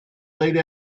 late